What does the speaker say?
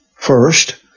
First